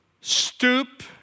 stoop